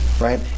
Right